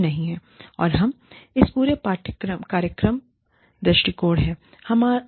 और यह इस पूरे कार्यक्रम दृष्टिकोण है